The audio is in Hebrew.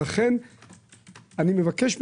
לכן אני מבקש מכם,